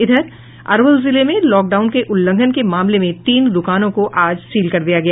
इधर अरवल जिले में लॉकडाउन के उल्लंघन के मामले में तीन द्रकानों को आज सील कर दिया गया